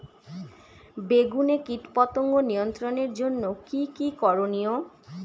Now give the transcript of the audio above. বেগুনে কীটপতঙ্গ নিয়ন্ত্রণের জন্য কি কী করনীয়?